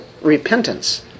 Repentance